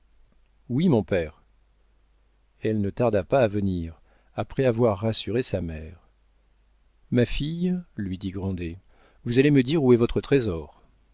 oui mon père elle ne tarda pas à venir après avoir rassuré sa mère ma fille lui dit grandet vous allez me dire où est votre trésor